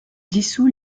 dissout